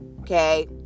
Okay